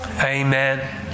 Amen